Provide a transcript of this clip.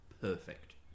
perfect